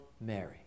Mary